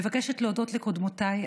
אני מבקשת להודות לקודמותיי,